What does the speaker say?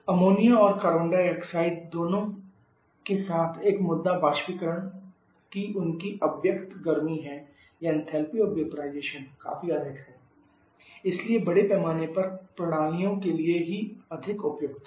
ammonia और carbon dioxide दोनों के साथ एक मुद्दा वाष्पीकरण की उनकी अव्यक्त गर्मी है या एंथैल्पी ऑफ वेपराइजेशन काफी अधिक है इसलिए बड़े पैमाने पर प्रणालियों के लिए ही अधिक उपयुक्त है